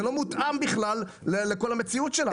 זה לא מותאם בכלל לכל המציאות שלנו.